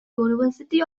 university